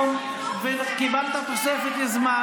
נתתי לך לנאום וקיבלת תוספת זמן,